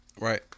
Right